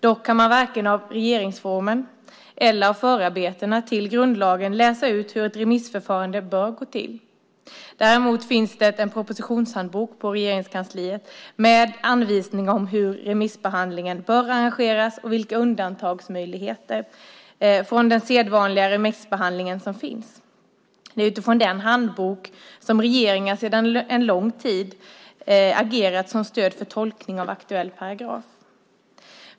Dock kan man varken av regeringsformen eller av förarbetena till grundlagen läsa ut hur ett remissförfarande bör gå till. Däremot finns det en propositionshandbok med anvisningar om hur remissbehandlingen bör arrangeras och vilka undantagsmöjligheter från den sedvanliga remissbehandlingen som finns. Det är med denna handbok som stöd för tolkning av aktuell paragraf som regeringen sedan en lång tid agerat.